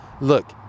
look